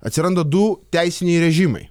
atsiranda du teisiniai režimai